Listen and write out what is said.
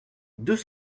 deux